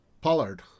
Pollard